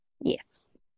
Yes